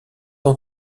ans